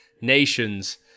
nations